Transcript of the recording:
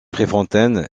préfontaine